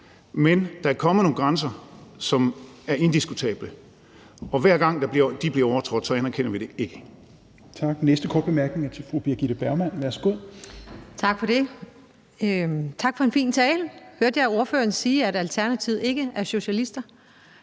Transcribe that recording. Men der kommer nogle grænser, som er indiskutable, og hver gang de bliver overtrådt, anerkender vi det ikke.